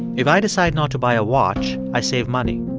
if i decide not to buy a watch, i save money.